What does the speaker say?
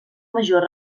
major